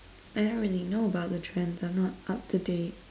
I don't really know about the trends I'm not up to date